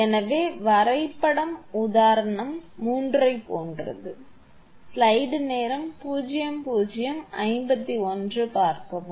எனவே வரைபடம் உதாரணம் மூன்றைபோன்றது